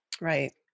Right